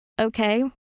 okay